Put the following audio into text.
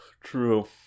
True